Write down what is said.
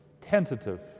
Tentative